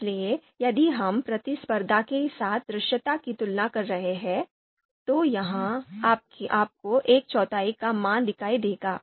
इसलिए यदि हम प्रतिस्पर्धा के साथ दृश्यता की तुलना कर रहे हैं तो यहां आपको 14 का मान दिखाई देगा